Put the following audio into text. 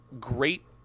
great